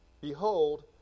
behold